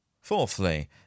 Fourthly